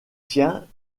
siens